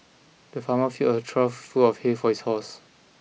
the farmer filled a trough full of hay for his horses